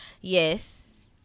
Yes